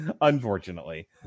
unfortunately